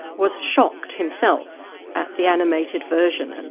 was shocked himself at the animated version, and